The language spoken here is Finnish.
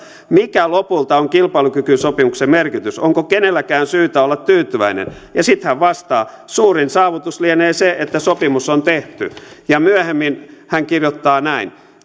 mikä lopulta on kilpailukykysopimuksen merkitys onko kenelläkään syytä olla tyytyväinen sitten hän vastaa suurin saavutus lienee se että sopimus on tehty myöhemmin hän kirjoittaa näin